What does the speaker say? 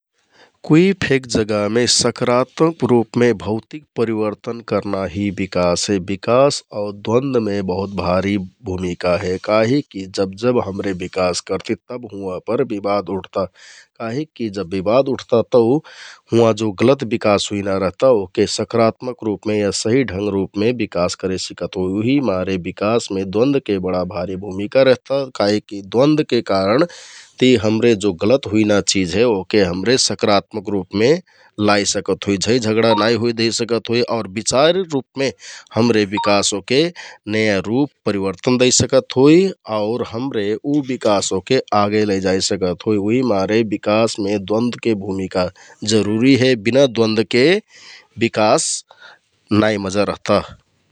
कुइ फेक जगहमे सकारात्मक रुपमे भौतिक परिवर्तन करना हि बिकास हे । बिकास आउ द्वन्दमे बहुत भारि भुमिका हे काहिककि जब जब हमरे बिकास करति तब हुँवाँपर बिबाद उठ्ता । काहिकि जब बिबाद उठ्ता तौ हुँवाँ जो गलत बिकास हुइना रहता ओहके सकारात्मक रुपमे या सहि ढङ्ग रुपमे बिकास करे सिकत होइ उहिमारे बिकासमे द्वन्दके बडा भारी भुमिका रहता । काहिककि द्वन्दके कारणति हमरे जो गलत हुइना चिझ हे ओहके हमरे सकारात्मक रुपमे लाइ सकत होइ । झैं झगडा नाइ होइ देहेसिकत होइ आउ बैचारिक रुपमे हमरे बिकास ओहके नयाँ रुप परिवर्तन दैसकत होइ । आउर हमरे उ बिकास ओहके आगे लैजाइ सकत होइ उहिमारे बिकासमे द्वन्दके भुमिका जरुरी हे । बिना द्वन्दके बिकास नाइ मजा रहता ।